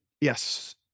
Yes